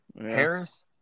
Harris